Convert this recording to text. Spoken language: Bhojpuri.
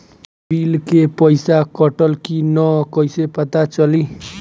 बिल के पइसा कटल कि न कइसे पता चलि?